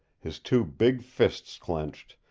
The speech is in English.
his two big fists clenched,